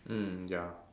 mm ya